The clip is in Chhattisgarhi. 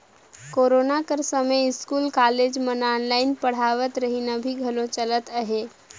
कोरोना कर समें इस्कूल, कॉलेज मन ऑनलाईन पढ़ावत रहिन, अभीं घलो चलत अहे